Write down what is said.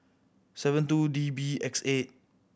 seven two D B X eight